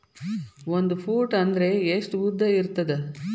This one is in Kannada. ಒಂದು ಫೂಟ್ ಅಂದ್ರೆ ಎಷ್ಟು ಉದ್ದ ಇರುತ್ತದ?